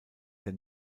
der